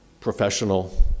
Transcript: professional